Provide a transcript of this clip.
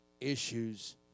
issues